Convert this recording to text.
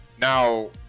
Now